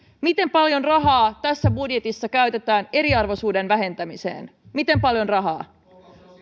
miten paljon rahaa tässä budjetissa käytetään eriarvoisuuden vähentämiseen miten paljon rahaa